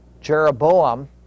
Jeroboam